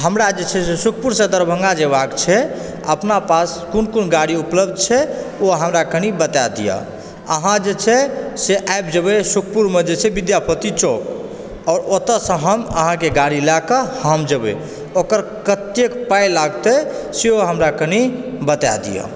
हमरा जे छै से सुखपुरसँ दरभंगा जेबाक छै अपना पास कोन कोन गाड़ी उपलब्ध छै ओ अहाँ कनि हमरा बता दिअ अहाँ जे छै से आबि जायब सुखपुरमऽ जे छै विद्यापति चौक आओर ओतयसँ हम अहाँक गाड़ी लएकऽ हम जेबय ओकर कतेक पाइ लागते सेहो हमरा कनि बताय दिअ